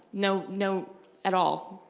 no no at all?